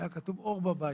היה כתוב "אור בבית",